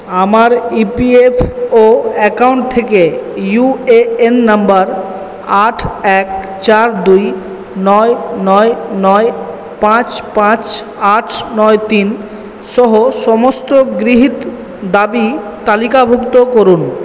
আমার E P F O account থেকে U A N number আট এক চার দুই নয় নয় নয় পাঁচ পাঁচ আট নয় তিন সহ সমস্ত গৃহীত দাবি তালিকাভুক্ত করুন